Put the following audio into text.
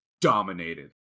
dominated